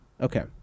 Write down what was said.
Okay